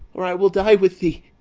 or i will die with thee!